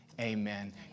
amen